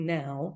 now